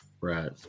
Right